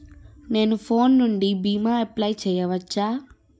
నేను ఫోన్ నుండి భీమా అప్లయ్ చేయవచ్చా?